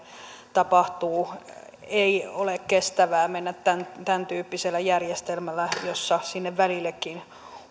tapahtuu ei ole kestävää mennä tämäntyyppisellä järjestelmällä jossa sinne välillekin